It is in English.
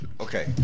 Okay